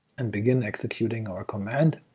and begin executing our command.